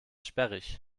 sperrig